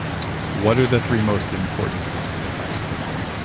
what are the three most important pieces of advice you'd have for me?